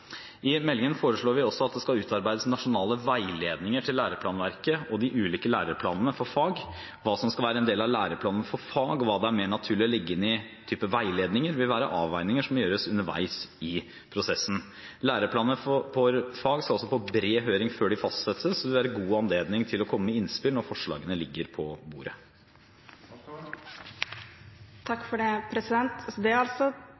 I meldingen foreslår vi også at det skal utarbeides nasjonale veiledninger til læreplanverket og de ulike læreplanene for fag. Hva som skal være en del av læreplanene for fag, og hva det er mer naturlig å legge inn i veiledninger, vil være avveininger som må gjøres underveis i prosessen. Læreplanene for fag skal på bred høring før de fastsettes, så det vil være god anledning til å komme med innspill når forslagene ligger på bordet.